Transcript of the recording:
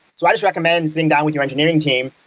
so i just recommend sitting down with your engineering team,